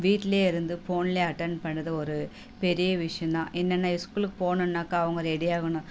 வீட்டில் இருந்து ஃபோனில் அட்டெண்ட் பண்ணுறது ஒரு பெரிய விஷயந்தான் என்னென்ன இஸ்கூலுக்கு போகணுன்னாக்கா அவங்க ரெடி ஆகணும்